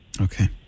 Okay